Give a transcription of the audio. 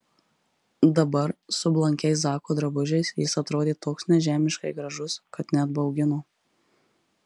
dabar su blankiais zako drabužiais jis atrodė toks nežemiškai gražus kad net baugino